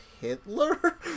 Hitler